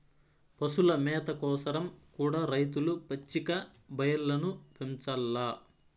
పశుల మేత కోసరం కూడా రైతులు పచ్చిక బయల్లను పెంచాల్ల